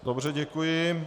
Dobře, děkuji.